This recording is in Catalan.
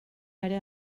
ara